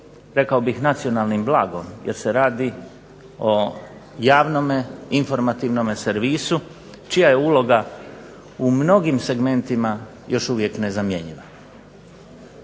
rekao bih nacionalnim blagom jer se radi o javnom informativnom servisu čija je uloga u mnogim segmentima još uvijek nezamijenjena.